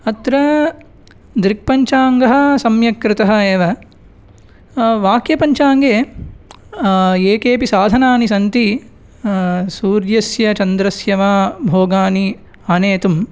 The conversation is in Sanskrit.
अत्र दृक्पञ्चाङ्गः सम्यक् कृतः एव वाक्यपञ्चाङ्गे ये केपि साधनानि सन्ति सूर्यस्य चन्द्रस्य वा भोगानि आनेतुम्